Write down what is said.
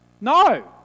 No